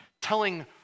Telling